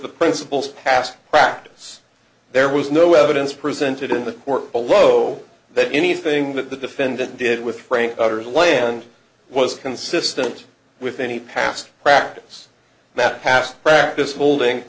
the principles past practice there was no evidence presented in the court below that anything that the defendant did with frank the land was consistent with any past practice that past practice folding